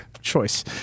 choice